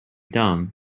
dumb